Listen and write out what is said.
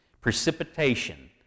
Precipitation